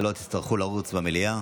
שלא תצטרכו לרוץ במליאה.